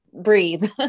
breathe